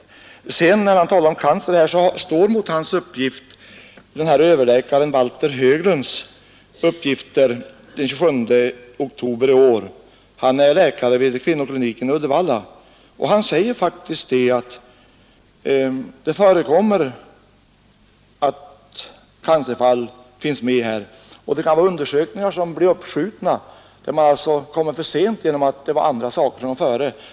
När herr Karlsson i Huskvarna talar om de cancersjuka tår detta mot de uppgifter som överläkare Valter Haglund lämnat enligt tidningsreferatet den 27 oktober i år, som jag citerade. Doktor Haglund är överläkare vid kvinnokliniken i Uddevalla, och han säger faktiskt att det förekommer att cancerfall finns med i det här sammanhanget. Undersökningar kan bli uppskjutna därför att andra saker kommer före.